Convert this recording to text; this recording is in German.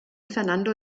fernando